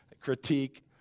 critique